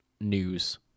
news